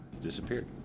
Disappeared